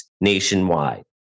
nationwide